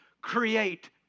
create